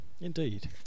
Indeed